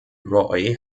roy